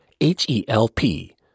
H-E-L-P